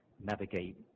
navigate